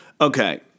Okay